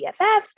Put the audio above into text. BFF